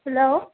hello